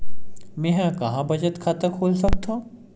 मेंहा कहां बचत खाता खोल सकथव?